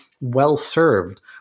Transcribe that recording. well-served